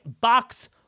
box